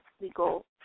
legal